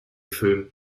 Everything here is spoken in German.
film